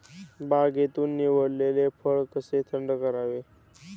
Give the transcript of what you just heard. बागेतून निवडलेले फळ कसे थंड करावे?